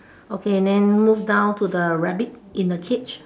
okay then move down to the rabbit in the cage